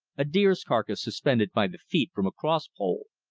a deer's carcass suspended by the feet from a cross pole,